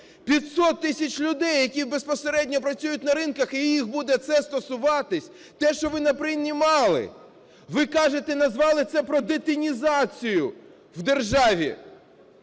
500 тисяч людей, які безпосередньо працюють на ринках, і їх буде це стосуватись, те, що ви наприймали. Ви кажете, назвали це: про детінізацію в державі.